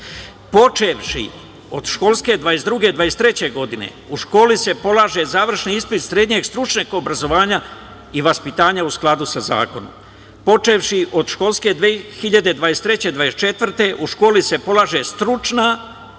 Počevši od školske 2022/2023. godine, u školi se polaže završni ispit srednjeg stručnog obrazovanja i vaspitanja, u skladu sa zakonom. Počevši od školske 2023/2024. godine, u školi se polaže stručna,